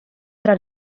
tra